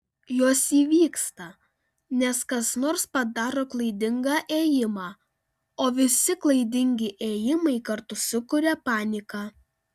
jos įvyksta nes kas nors padaro klaidingą ėjimą o visi klaidingi ėjimai kartu sukuria paniką